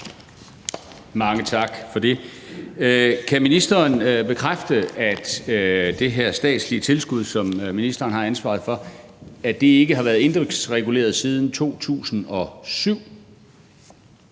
Mange tak for det. Kan ministeren bekræfte, at det her statslige tilskud, som ministeren har ansvaret for, ikke har været indeksreguleret siden 2007?